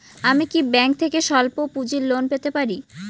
আমি কি ব্যাংক থেকে স্বল্প পুঁজির লোন পেতে পারি?